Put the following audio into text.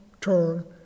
turn